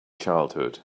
childhood